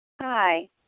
Hi